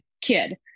kid